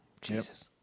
Jesus